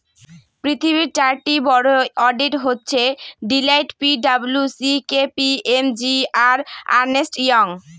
পৃথিবীর চারটি বড়ো অডিট হচ্ছে Deloitte P W C K P M G আর আর্নেস্ট ইয়ং